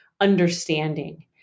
understanding